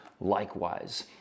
likewise